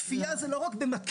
כפייה זה לא רק במקל.